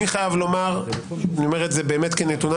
אני חייב לומר, אני אומר כנתון